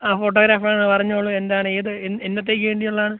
ആ ഫോട്ടോഗ്രാഫർ ആണ് പറഞ്ഞോളൂ എന്താണ് ഏത് എന്ന് എന്നത്തേക്ക് വേണ്ടി ഉള്ളതാണ്